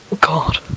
God